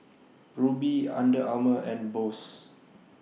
Rubi Under Armour and Bose